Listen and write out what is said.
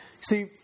See